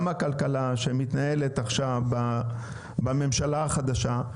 הכלכלה שמתנהלת עכשיו בממשלה החדשה,